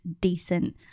decent